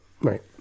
right